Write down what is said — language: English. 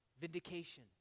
vindication